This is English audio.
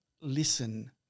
listen